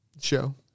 Show